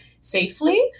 safely